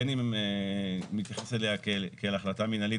בין אם נתייחס אליה כאל החלטה מנהלית